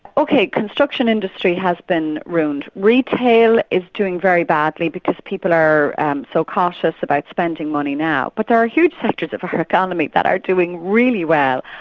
ok, construction industry has been ruined. retail is doing very badly because people are so cautious about spending money now, but there are huge sectors of our economy that are doing really well.